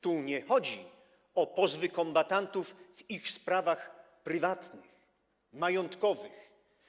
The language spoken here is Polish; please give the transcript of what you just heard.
Tu nie chodzi o pozwy kombatantów w ich sprawach prywatnych, majątkowych.